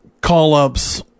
call-ups